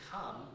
come